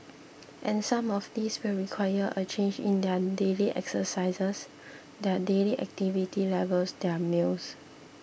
and some of these will require a change in their daily exercises their daily activity levels their meals